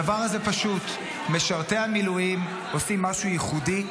הדבר הזה פשוט: משרתי המילואים עושים משהו ייחודי,